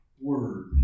word